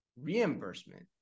reimbursement